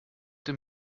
dem